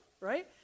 right